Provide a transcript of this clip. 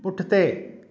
पुठिते